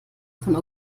von